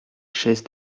chaise